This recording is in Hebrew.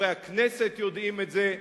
חברי הכנסת יודעים את זה.